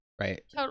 Right